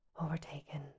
Overtaken